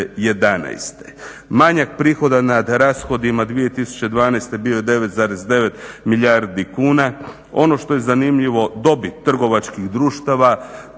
Manjak prihoda nad rashodima 2012. bio je 9,9 milijardi kuna, ono što je zanimljivo, dobit trgovačkih društava